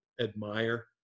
admire